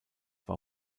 war